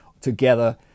together